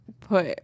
put